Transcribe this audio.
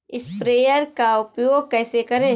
Sprayer का उपयोग कैसे करें?